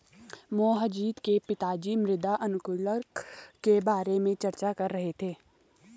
मोहजीत के पिताजी मृदा अनुकूलक के बारे में चर्चा कर रहे थे